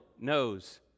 knows